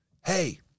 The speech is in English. Hey